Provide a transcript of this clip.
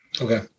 Okay